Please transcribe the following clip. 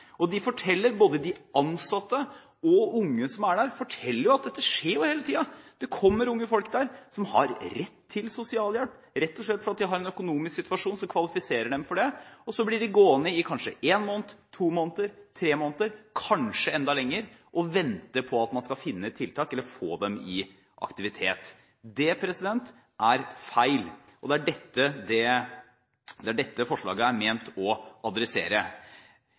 Nav-systemet. De forteller – både de ansatte og unge som er der – at dette skjer hele tiden. Det kommer unge folk der som har rett til sosialhjelp, rett og slett fordi de har en økonomisk situasjon som kvalifiserer dem for det, og så blir de gående i kanskje en måned, to måneder, tre måneder – kanskje enda lenger – og vente på at man skal finne tiltak eller få dem i aktivitet. Det er feil, og det er dette forslaget er ment å adressere.